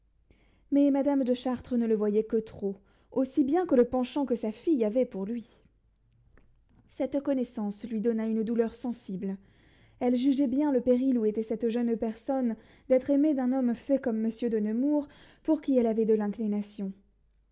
mais madame de chartres ne le voyait que trop aussi bien que le penchant que sa fille avait pour lui cette connaissance lui donna une douleur sensible elle jugeait bien le péril où était cette jeune personne d'être aimée d'un homme fait comme monsieur de nemours pour qui elle avait de